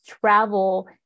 travel